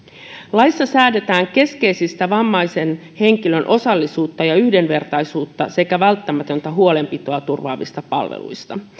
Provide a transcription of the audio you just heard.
laissa säädetään keskeisistä vammaisen henkilön osallisuutta ja yhdenvertaisuutta sekä välttämätöntä huolenpitoa turvaavista palveluista